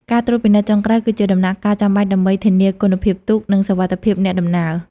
ការត្រួតពិនិត្យចុងក្រោយ គឺជាដំណាក់កាលចាំបាច់ដើម្បីធានាគុណភាពទូក និងសុវត្ថិភាពអ្នកដំណើរ។